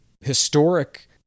historic